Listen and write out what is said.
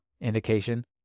indication